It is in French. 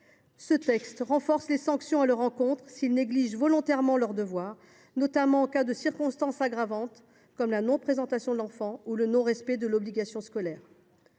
à l’encontre des parents si ces derniers négligent volontairement leurs devoirs, notamment en cas de circonstances aggravantes comme la non présentation de l’enfant ou le non respect de l’obligation scolaire.